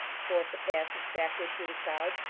to force a passage backward through the crowd.